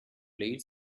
lead